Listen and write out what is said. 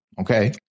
Okay